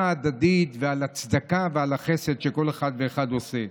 ההדדית ועל הצדקה ועל החסד שכל אחד ואחד עושה.